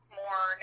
more